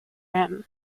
him